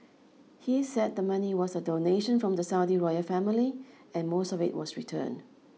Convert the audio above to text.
he said the money was a donation from the Saudi royal family and most of it was returned